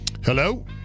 Hello